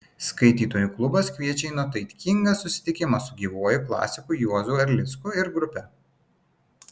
skaitytojų klubas kviečia į nuotaikingą susitikimą su gyvuoju klasiku juozu erlicku ir grupe